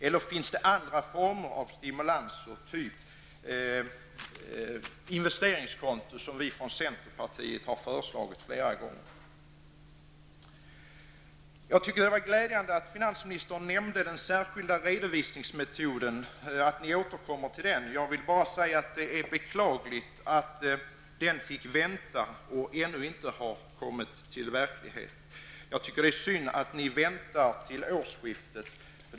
Eller finns det andra former av stimulanser, typ investeringskonto, som vi från centerpartiet har föreslagit flera gånger? Det var glädjande att statsrådet nämnde den särskilda redovisningsmetoden -- att ni återkommer till den. Jag vill bara säga att det är beklagligt att den ännu inte har blivit verklighet, att ni väntar till årsskiftet.